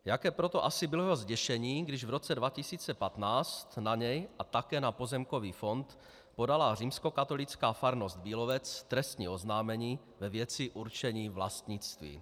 Jaké proto asi bylo jeho zděšení, když v roce 2015 na něj a také na Pozemkový fond podala římskokatolická farnost Bílovec trestní oznámení ve věci určení vlastnictví.